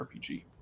rpg